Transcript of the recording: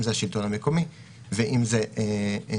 אם זה השלטון המקומי ואם זה הממשלה.